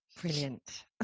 brilliant